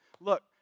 look